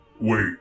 Wait